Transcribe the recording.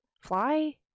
fly